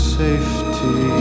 safety